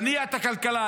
להניע את הכלכלה,